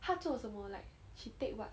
她做什么 like she take what